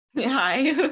Hi